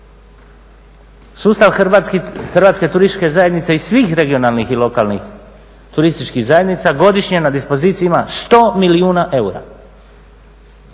Sustav Hrvatske turističke zajednice i svih regionalnih i lokalnih turističkih zajednica godišnje na dispoziciji ima 100 milijuna eura.